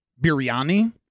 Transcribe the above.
biryani